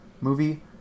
movie